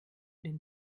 den